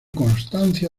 constancia